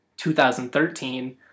2013